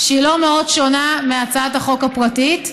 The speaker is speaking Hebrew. שהיא לא מאוד שונה מהצעת החוק הפרטית.